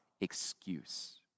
excuse